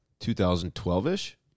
2012-ish